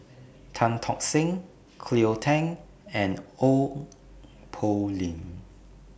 Tan Tock Seng Cleo Thang and Ong Poh Lim